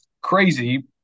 crazy